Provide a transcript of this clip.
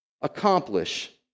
accomplish